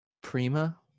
Prima